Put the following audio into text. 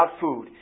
food